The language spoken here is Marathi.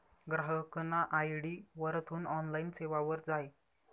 ग्राहकना आय.डी वरथून ऑनलाईन सेवावर जाय